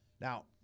Now